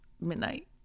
midnight